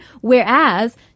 whereas